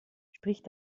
spricht